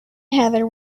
heather